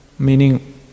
meaning